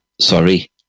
sorry